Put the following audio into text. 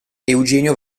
eugenio